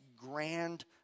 grand